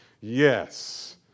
yes